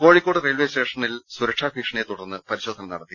Kozhikode railway സ്റ്റേഷനിൽ സുരക്ഷാ ഭീഷണിയെ തുടർന്ന് പരിശോധന നടത്തി